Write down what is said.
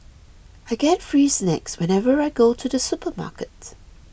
I get free snacks whenever I go to the supermarket